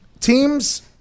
teams